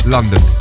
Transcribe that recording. London